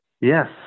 Yes